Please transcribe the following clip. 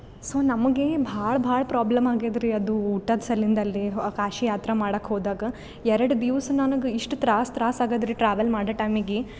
so ನಮಗೆ ಭಾಳ ಭಾಳ ಪ್ರಾಬ್ಲಮ್ ಆಗ್ಯಾದ ರೀ ಅದು ಊಟದ ಸಲಿಂದ ಅಲ್ಲಿ ಕಾಶಿ ಯಾತ್ರೆ ಮಾಡೋಕ್ ಹೋದಾಗ ಎರಡು ದಿವ್ಸ ನನಗೆ ಇಷ್ಟು ತ್ರಾಸ ತ್ರಾಸ ಆಗಿದ್ ರೀ ಟ್ರಾವೆಲ್ ಮಾಡೋ ಟೈಮಿಗೆ